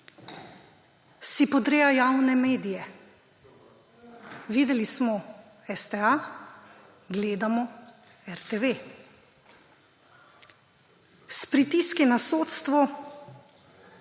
Podreja si javne medije – videli smo STA, gledamo RTV. S pritiski na sodstvo